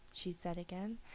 she said again.